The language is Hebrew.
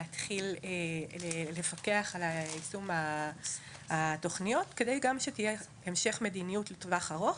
להתחיל לפקח על יישום התוכניות כדי גם שתהיה המשך מדיניות לטווח ארוך